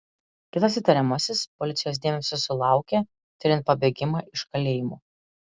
kitas įtariamasis policijos dėmesio sulaukė tiriant pabėgimą iš kalėjimo